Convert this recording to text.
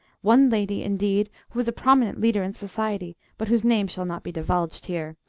one lady, indeed, who is a prominent leader in society, but whose name shall not be divulged here,